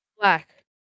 black